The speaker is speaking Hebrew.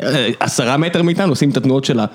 עשרה מטר מאיתנו עושים את התנועות של ה…